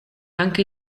anche